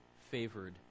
favored